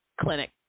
clinic